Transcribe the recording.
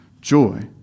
joy